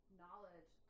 knowledge